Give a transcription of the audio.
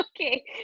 Okay